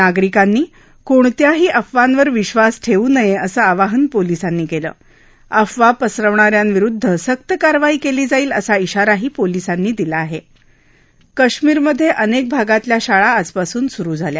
नागरिकांनी कोणत्याही अफवांवर विश्वास ठद्यूनय असं आवाहन पोलिसांनी कलि आह अफवा पसरवणाऱ्यांविरुद्ध सक्त कारवाई कलि जाईल असा शिाराही पोलिसांनी दिला आहि काश्मिरमध अनक्क भागातल्या शाळा आजपासून सुरु झाल्या